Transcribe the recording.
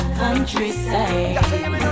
countryside